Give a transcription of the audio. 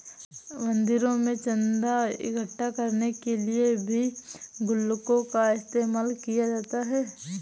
मंदिरों में चन्दा इकट्ठा करने के लिए भी गुल्लकों का इस्तेमाल किया जाता है